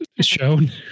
shown